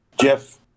Jeff